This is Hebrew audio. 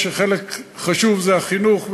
שחלק חשוב זה החינוך,